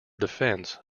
defence